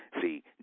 See